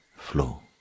flow